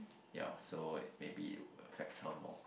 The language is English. ya so maybe it will affects her more